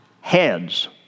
heads